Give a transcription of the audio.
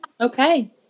Okay